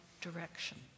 direction